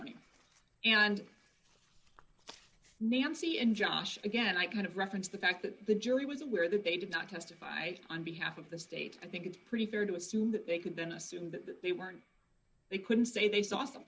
testimony and nancy and josh again i kind of referenced the fact that the jury was aware that they did not testify on behalf of the state i think it's pretty fair to assume that they could then assume that they weren't they couldn't say they saw some